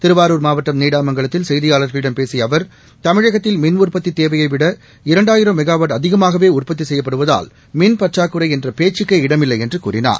திருவாரூர் மாவட்டம் நீடாமங்கலத்தில் செய்தியாளா்களிடம் பேசிய அவா் தமிழகத்தில் மின் உற்பத்தி தேவையவிட இரண்டாயிரம் மெகாவாட் அதிகமாகவே உற்பத்தி செய்யப்படுவதால் மின் பற்றாக்குறை என்ற பேச்சுக்கே இடமில்லை என்று கூறினார்